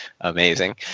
amazing